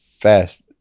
fast